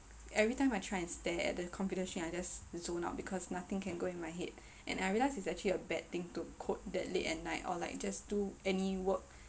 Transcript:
every time I try and stare at the computer screen I just zone out because nothing can go in my head and I realise it's actually a bad thing to code that late at night or like just do any work